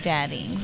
Daddy